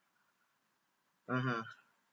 mmhmm